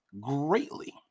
greatly